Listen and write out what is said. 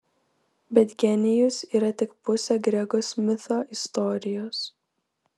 bet genijus yra tik pusė grego smitho istorijos